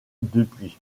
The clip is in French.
dupuis